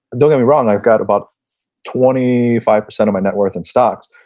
and don't get me wrong, i've got about twenty five percent of my net worth in stocks.